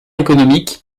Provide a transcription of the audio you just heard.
économique